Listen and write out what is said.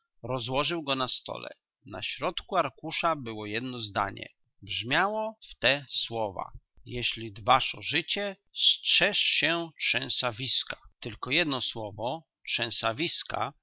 rozłożył go na stole na środku arkusza było jedno zdanie brzmiało w te słowa jeżeli dbasz o życie strzeż się trzęsawiska tylko jedno słowo